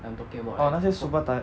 oh 那些 super titan